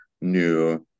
new